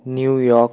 new York